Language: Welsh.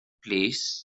plîs